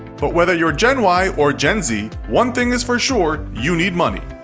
but, whether you're gen y or gen z, one thing is for sure, you need money.